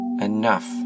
enough